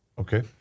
Okay